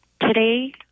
Today